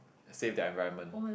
save their environment